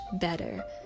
better